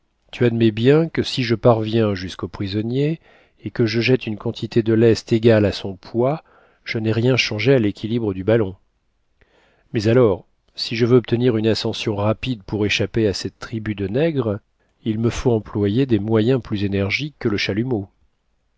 tu admets bien que si je parviens jusqu'au prisonnier et que je jette une quantité de lest égale à son poids je n'ai rien changé à l'équilibre du ballon mais alors si je veux obtenir une ascension rapide pour échapper à cette tribu de nègres il me put employer des moyens plus énergiques que le chalumeau